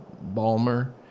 Balmer